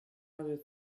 other